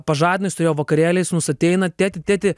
pažadino jis turėjo vakarėlį sūnus ateina tėti tėti